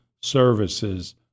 services